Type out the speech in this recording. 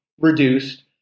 reduced